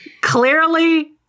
Clearly